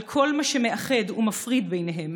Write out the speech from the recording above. על כל מה שמאחד ומפריד ביניהם,